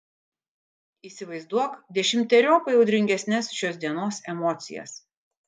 įsivaizduok dešimteriopai audringesnes šios dienos emocijas